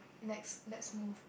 next let's move